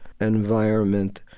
environment